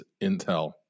intel